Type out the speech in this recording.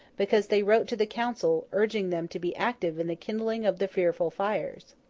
because they wrote to the council, urging them to be active in the kindling of the fearful fires.